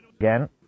again